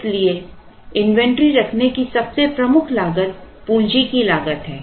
इसलिए इन्वेंट्री रखने की सबसे प्रमुख लागत पूंजी की लागत है